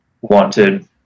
Wanted